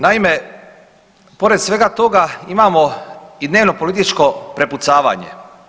Naime, pored svega toga imamo i dnevnopolitičko prepucavanje.